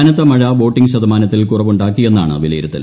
കനത്ത മഴ വോട്ടിംഗ് ശതമാനത്തിൽ കുറവുണ്ടാക്കിയെ ന്നാണ് വിലയിരുത്തൽ